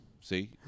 See